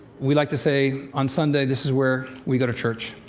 we like to say, on sunday, this is where we go to church.